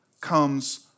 comes